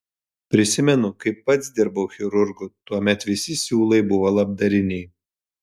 prisimenu kai pats dirbau chirurgu tuomet visi siūlai buvo labdariniai